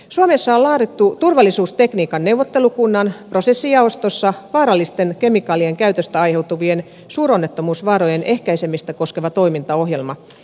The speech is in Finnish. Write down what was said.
suomessa on laadittu turvallisuustekniikan neuvottelukunnan prosessijaostossa vaarallisten kemikaalien käytöstä aiheutuvien suuronnettomuusvaarojen ehkäisemistä koskeva toimintaohjelma